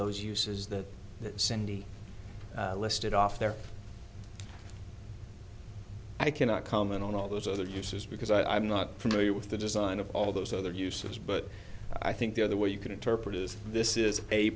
those uses that cindy listed off their i cannot comment on all those other uses because i'm not familiar with the design of all those other uses but i think the other way you can interpret it is this is